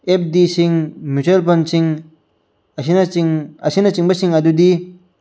F D ꯁꯤꯡ mutual ꯐꯟꯁꯤꯡ ꯑꯁꯤꯅꯆꯤꯡꯕꯁꯤꯡ ꯑꯗꯨꯗꯤ